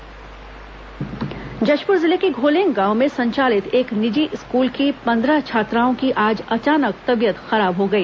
जशपुर छात्राएं बीमार जशपुर जिले के घोलेंग गांव में संचालित एक निजी स्कूल की पंद्रह छात्राओं की आज अचानक तबीयत खराब हो गई